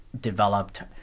developed